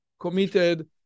committed